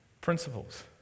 principles